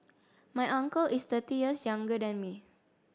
my uncle is thirty years younger than me